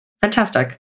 Fantastic